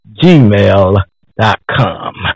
gmail.com